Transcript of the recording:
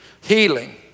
healing